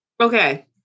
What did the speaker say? Okay